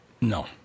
No